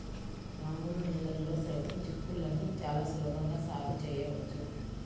మామూలు నేలల్లో సైతం చిక్కుళ్ళని చాలా సులభంగా సాగు చేయవచ్చు